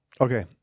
Okay